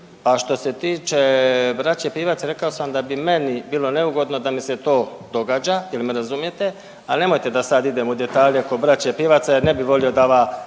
što se tiče braće Pivac, rekao sam da bi meni bilo neugodno da mi se to događa, je li me razumijete, ali nemojte da sad idemo u detalje oko braće Pivac jer ne bi volio da ova